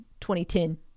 2010